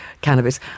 cannabis